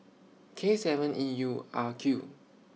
K seven E U R Q